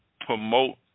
promote